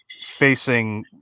facing